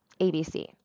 ABC